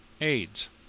AIDS